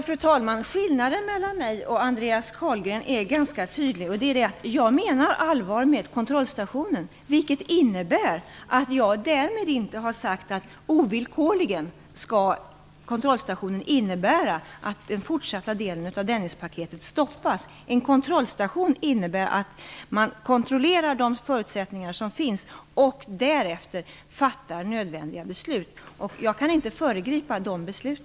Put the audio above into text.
Fru talman! Skillnaden mellan mig och Andreas Carlgren är ganska tydlig. Jag menar allvar med kontrollstationen. Därmed har jag inte sagt att den ovillkorligen skall innebära att den fortsatta delen av Dennispaketet stoppas. En kontrollstation innebär att man kontrollerar de förutsättningar som finns. Därefter fattar man nödvändiga beslut. Jag kan inte föregripa dessa beslut.